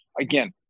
Again